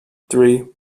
three